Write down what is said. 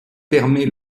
permet